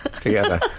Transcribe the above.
together